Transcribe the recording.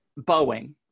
Boeing